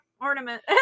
ornament